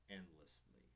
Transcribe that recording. endlessly